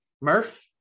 Murph